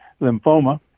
lymphoma